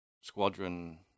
squadron